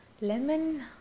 Lemon